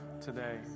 today